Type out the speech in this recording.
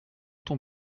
ton